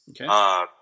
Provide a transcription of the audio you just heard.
Okay